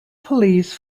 police